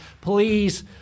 please